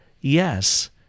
yes